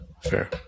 Fair